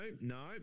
no